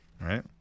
Right